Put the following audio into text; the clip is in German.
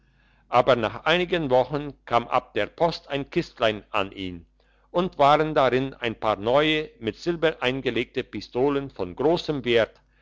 aber nach einigen wochen kam ab der post ein kistlein an ihn und waren darin ein paar neue mit silber eingelegte pistolen von grossem wert